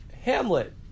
Hamlet